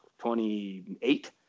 28